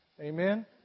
Amen